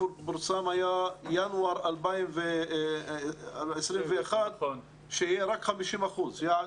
שפורסם היה ינואר 2021 ואז יהיו רק 50 אחוזים.